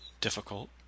difficult